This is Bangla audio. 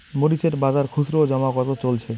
মরিচ এর বাজার খুচরো ও জমা কত চলছে?